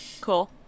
cool